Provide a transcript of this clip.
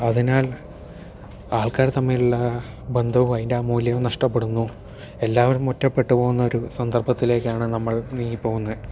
അതിനാൽ ആൾക്കാർ തമ്മിലുള്ള ബന്ധവും അതിൻ്റെ ആ അമൂല്യവും നഷ്ട്ടപ്പെടുന്നു എല്ലാവരും ഒറ്റപ്പെട്ടു പോകുന്ന ഒരു സന്ദർഭത്തിലേക്കാണ് നമ്മൾ നീങ്ങി പോകുന്നത്